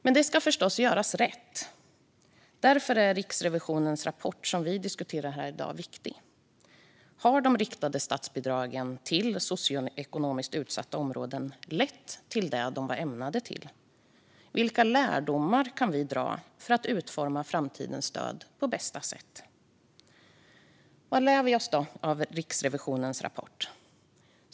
Men det ska förstås göras rätt. Därför är Riksrevisionens rapport som vi diskuterar här i dag viktig. Har de riktade statsbidragen till socioekonomiskt utsatta områden lett till det de var ämnade för? Vilka lärdomar kan vi dra för att utforma framtidens stöd på bästa sätt? Vad lär vi oss då av Riksrevisionens rapport?